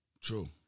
True